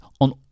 on